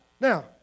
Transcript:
Now